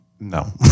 No